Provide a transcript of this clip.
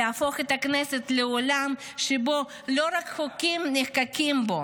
להפוך את הכנסת לעולם שבו לא רק נחקקים חוקים,